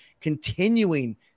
continuing